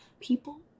people